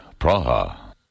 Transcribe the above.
Praha